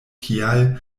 kial